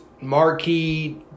marquee